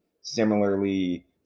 similarly